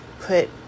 put